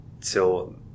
till